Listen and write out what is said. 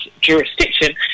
jurisdiction